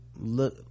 look